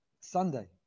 Sunday